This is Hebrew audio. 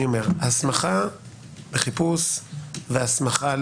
הסמכה לחיפוש והסמכה